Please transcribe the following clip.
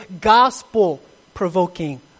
gospel-provoking